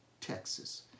Texas